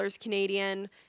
Canadian